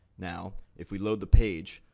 now if we load the page,